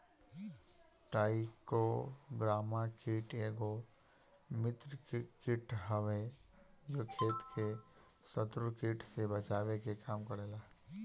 trichogramma कीट एगो मित्र कीट ह इ खेत के शत्रु कीट से बचावे के काम करेला